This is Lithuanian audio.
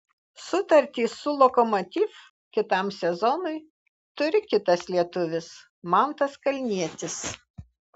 sutartį su lokomotiv kitam sezonui turi kitas lietuvis mantas kalnietis